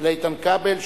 של איתן כבל,